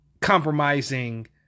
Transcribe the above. Compromising